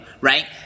Right